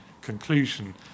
conclusion